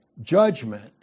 judgment